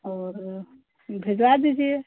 और भिजवा दीजिए